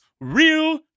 real